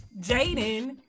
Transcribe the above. Jaden